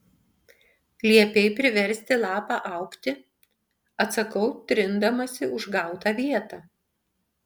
liepei priversti lapą augti atsakau trindamasi užgautą vietą